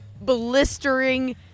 blistering